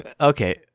Okay